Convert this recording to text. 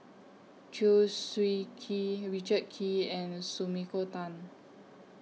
Chew Swee Kee Richard Kee and Sumiko Tan